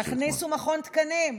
תכניסו מכון תקנים,